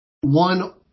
one